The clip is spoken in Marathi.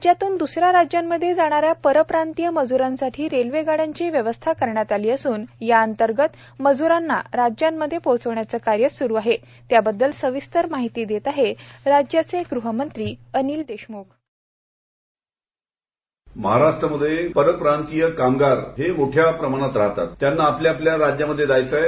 राज्यातून द्सऱ्या राज्यांमध्ये जाणाऱ्या परप्रांतीय मज्रांसाठी रेल्वेगाड्यांची व्यवस्था करण्यात आली असून या अंतर्गत मज्रांना त्यांच्या राज्यांमध्ये पोहचवण्याचे कार्य सुरू आहे त्या बद्दल सविस्तर माहिती देत आहेत राज्याचे ग़ह मंत्री अनिल देशम्ख बाइट महाराष्ट्रमध्ये परप्रांतीय कामगार मोठ्या प्रमाणात राहतात त्यांना आपआपल्या राज्यांमध्ये जायचे आहे